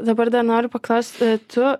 dabar dar noriu paklaust tu